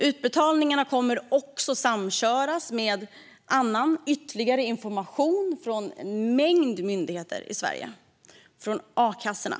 Utbetalningarna kommer att samköras med ytterligare information från en mängd myndigheter i Sverige och från a-kassorna.